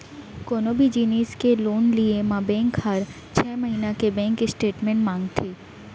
कोनों भी जिनिस के लोन लिये म बेंक हर छै महिना के बेंक स्टेटमेंट मांगथे